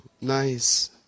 Nice